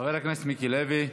חבר הכנסת מיקי לוי,